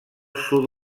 sud